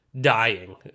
dying